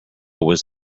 was